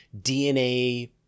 DNA